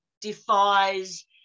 defies